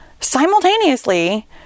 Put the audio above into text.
simultaneously